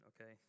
okay